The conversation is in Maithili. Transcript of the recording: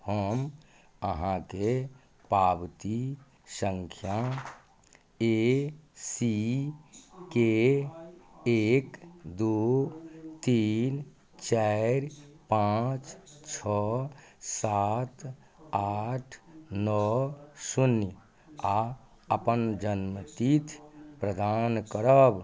हम अहाँके पावती संख्या ए सी के एक दू तीन चारि पाँच छओ सात आठ नओ शून्य आ अपन जन्मतिथि प्रदान करब